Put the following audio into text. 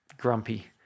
grumpy